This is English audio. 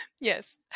Yes